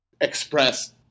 express